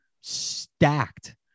stacked